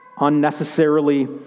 unnecessarily